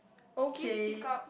okay